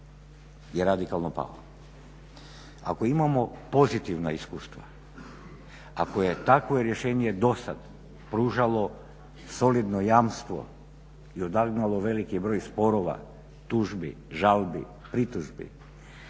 je radikalno pao. Ako imamo pozitivna iskustva, ako je takvo rješenje do sada pružalo solidno jamstvo i odagnalo veliki broj sporova, tužbi, žalbi, pritužbi